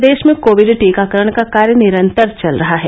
प्रदेश में कोविड टीकाकरण का कार्य निरन्तर चल रहा है